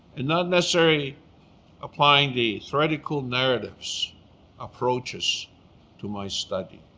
and not necessarily applying the theoretical narratives approaches to my study.